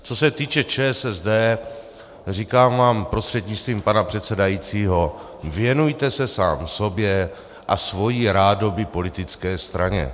Co se týče ČSSD, říkám vám prostřednictvím pana předsedajícího, věnujte se sám sobě a svojí rádoby politické straně.